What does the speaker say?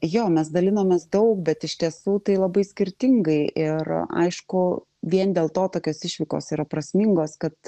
jo mes dalinomės daug bet iš tiesų tai labai skirtingai ir aišku vien dėl to tokios išvykos yra prasmingos kad